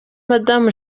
madamu